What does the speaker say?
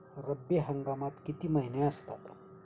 रब्बी हंगामात किती महिने असतात?